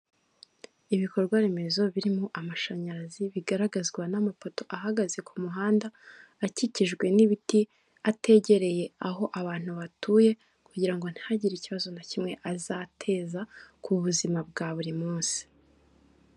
Ibikorwa remezo birimo amashanyarazi bigaragazwa n'amapoto ahagaze ku muhanda, akikijwe n'ibiti ategereye aho abantu batuye, kugira ngo ntihagire ikibazo na kimwe azateza ku buzima bwa buri munsi.